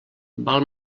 val